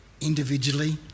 individually